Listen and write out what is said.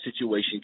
situation